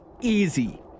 Easy